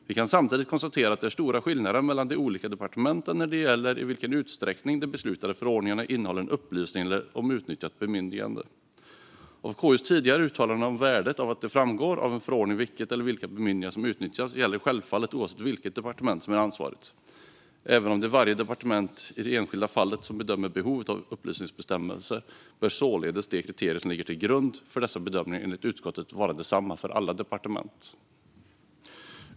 Vi kan samtidigt konstatera att det är stora skillnader mellan de olika departementen när det gäller i vilken utsträckning de beslutade förordningarna innehåller en upplysning om utnyttjat bemyndigande. KU:s tidigare uttalanden om värdet av att det framgår av en förordning vilket eller vilka bemyndiganden som utnyttjats gäller självfallet oavsett vilket departement som är ansvarigt. Även om det är varje departement som i det enskilda fallet bedömer behovet av upplysningsbestämmelser bör således de kriterier som ligger till grund för dessa bedömningar enligt utskottet vara desamma för alla departement.